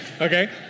okay